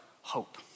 hope